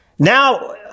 Now